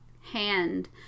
hand